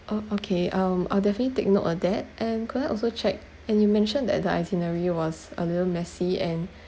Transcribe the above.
oh okay um I'll definitely take note of that and could I also check and you mentioned that the itinerary was a little messy and